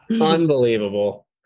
Unbelievable